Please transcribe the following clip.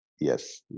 Yes